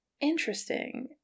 Interesting